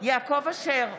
יעקב אשר,